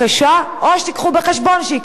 או שתביאו בחשבון שייקח קצת זמן